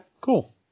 cool